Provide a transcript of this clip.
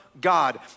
God